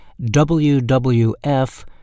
WWF